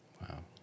wow